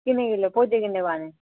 किन्ने किल्लो खोजे किन्ने पाने